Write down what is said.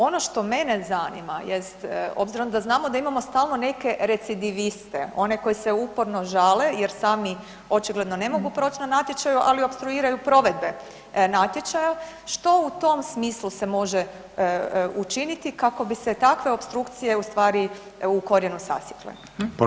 Ono što mene zanima jest obzirom da znamo da imamo stalno neke recidiviste, one koji se uporno žale jer sami očigleno ne mogu proći na natječaju ali opstruiraju provedbe natječaja, što u smislu se može učiniti kako bi se takve opstrukcije ustvari u korijenu sasjekle?